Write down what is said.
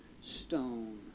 stone